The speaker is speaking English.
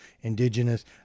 indigenous